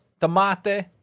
tomate